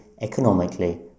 economically